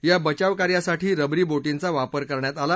या बचावकार्यासाठी रबरी बोटींचा वापर करण्यात आला